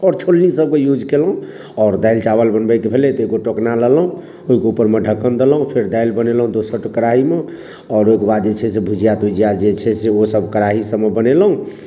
आओर छोलनी सभके यूज केलहुॅं आओर दालि चावल बनबै के भेलै तऽ एगो टोकना लेलहुॅं ओहिके ऊपरमे ढक्कन देलहुॅं दालि बनेलहुॅं दोसर कड़ाहीमे आओर ओहिके बाद जे छै से भुजिया तुजिया जे छै से ओ सभ कड़ाही सभमे बनेलहुॅं